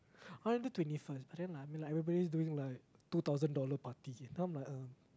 why not twenty first but then I'm like everybody's doing like two thousand dollar party then I'm like uh